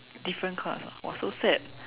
different class ah !wah! so sad